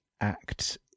act